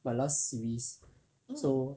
my last series so